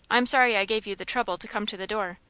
i'm sorry i gave you the trouble to come to the door.